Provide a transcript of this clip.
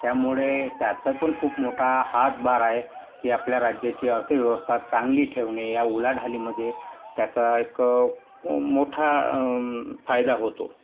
त्यामुळे त्याचापण खूप मोठा हातभार आहे की आपल्या राज्याची अर्थव्यवस्था चांगली ठेवणे या उलाढालीमध्ये त्याचा एक मोठा फायदा होतो